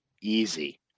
easy